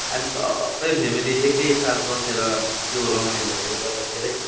हामी सबै फेमिली एकै साथ बसेर त्यो रमाइलोहरू गर्दा धेरै